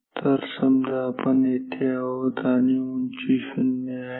तर समजा आपण येथे आहोत आणि उंची 0 आहे